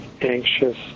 anxious